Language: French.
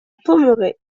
pommeraye